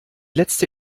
letzte